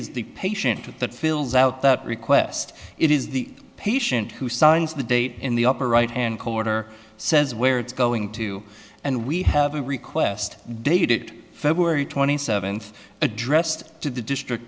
is the patient with that fills out that request it is the patient who signs the date in the upper right hand corner says where it's going to and we have a request dated february twenty seventh addressed to the district